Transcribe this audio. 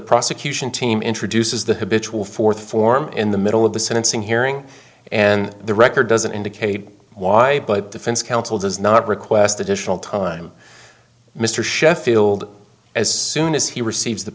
prosecution team introduces the habitual fourth form in the middle of the sentencing hearing and the record doesn't indicate why but defense counsel does not request additional time mr sheffield as soon as he receives the